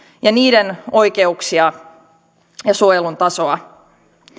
ja heidän oikeuksiaan ja suojelun tasoa